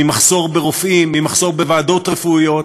ממחסור ברופאים, ממחסור בוועדות רפואיות,